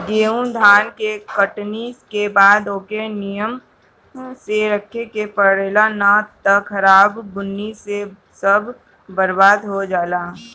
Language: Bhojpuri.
गेंहू धान के कटनी के बाद ओके निमन से रखे के पड़ेला ना त बरखा बुन्नी से सब बरबाद हो जाला